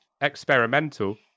experimental